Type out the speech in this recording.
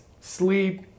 sleep